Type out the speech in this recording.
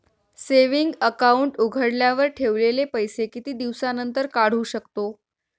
Saving account उघडल्यावर ठेवलेले पैसे किती दिवसानंतर काढू शकतो?